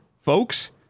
folks